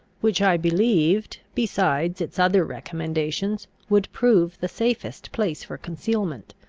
which i believed, besides its other recommendations, would prove the safest place for concealment.